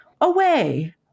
away